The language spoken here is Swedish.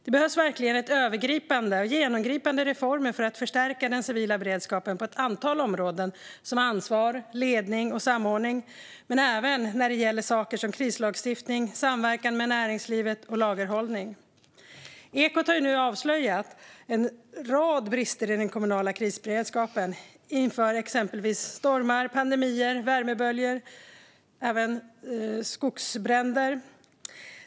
Det behövs verkligen övergripande och genomgripande reformer för att förstärka den civila beredskapen på ett antal områden som ansvar, ledning och samordning, men även när det gäller sådant som krislagstiftning, samverkan med näringslivet och lagerhållning. Ekot har avslöjat en rad brister i den kommunala krisberedskapen inför exempelvis stormar, pandemier, värmeböljor och skogsbränder.